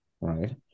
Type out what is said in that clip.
right